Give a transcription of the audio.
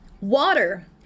water